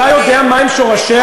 אתה יודע מהם שורשיה?